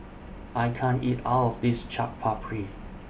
I can't eat All of This Chaat Papri